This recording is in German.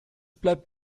bleibt